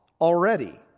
already